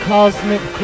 Cosmic